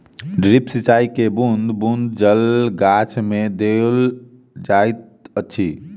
drip सिचाई मे बूँद बूँद जल गाछ मे देल जाइत अछि